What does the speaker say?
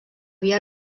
havia